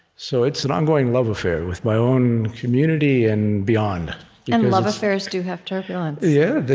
so it's an ongoing love affair with my own community and beyond and love affairs do have turbulence yeah, they